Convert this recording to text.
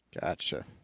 Gotcha